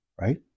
right